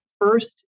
first